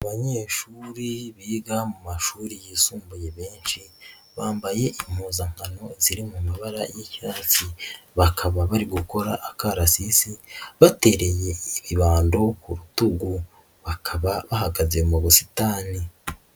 Abanyeshuri biga mu mashuri yisumbuye benshi, bambaye impuzankano ziri mu mabara y'icyatsi, bakaba bari gukora akarasisi batereye ibando ku rutugu, bakaba bahagaze mu busitani.